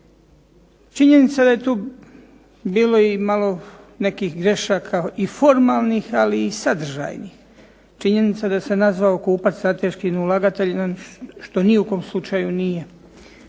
Činjenica da je tu bilo malo i nekih grešaka i formalnih, ali i sadržajnih. Činjenica da se nazvao kupac strateškim ulagateljem što u ni u kom slučaju nije.